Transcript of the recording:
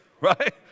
Right